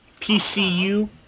PCU